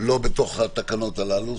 לא בתוך התקנות הללו,